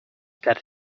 that